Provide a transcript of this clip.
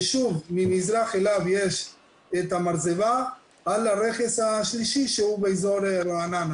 ושוב ממזרח אליו יש את המרזבה על הרכס השלישי שהוא באזור רעננה,